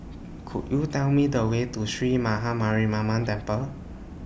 Could YOU Tell Me The Way to Sree Maha Mariamman Temple